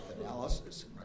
analysis